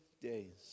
days